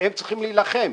הם צריכים להילחם.